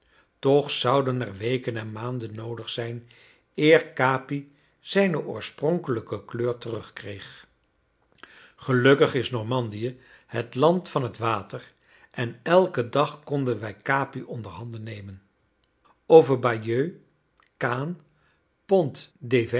toch zouden er weken en maanden noodig zijn eer capi zijne oorspronkelijke kleur terugkreeg gelukkig is normandië het land van het water en elken dag konden wij capi onderhanden nemen over